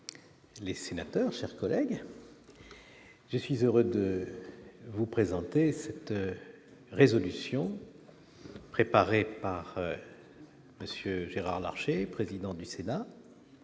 les sénateurs sert collègues je suis heureux de vous présenter cette résolution préparée par Monsieur Gérard Larcher, président du Sénat